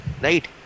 right